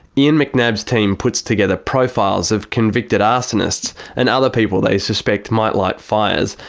ian mcnab's team puts together profiles of convicted arsonists and other people they suspect might light fires,